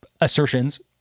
assertions